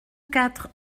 quatre